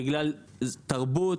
בגלל תרבות,